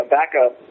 backup